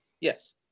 Yes